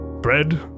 bread